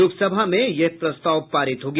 लोकसभा में यह प्रस्ताव पारित हो गया